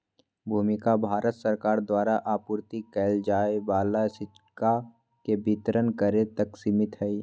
भूमिका भारत सरकार द्वारा आपूर्ति कइल जाय वाला सिक्का के वितरण करे तक सिमित हइ